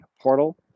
portal